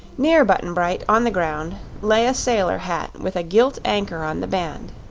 near button-bright, on the ground, lay a sailor hat with a gilt anchor on the band.